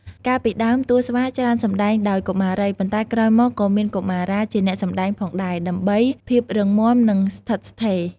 កាលពីដើម តួស្វាច្រើនសម្ដែងដោយកុមារី ប៉ុន្តែក្រោយមកក៏មានកុមារាជាអ្នកសម្ដែងផងដែរ ដើម្បីភាពរឹងមាំ និងស្ថិតស្ថេរ។